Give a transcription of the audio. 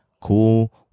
cool